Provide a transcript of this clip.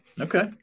Okay